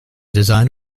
design